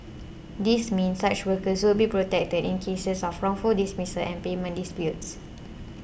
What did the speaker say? this means such workers will be protected in cases of wrongful dismissals and payment disputes